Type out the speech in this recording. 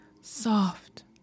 soft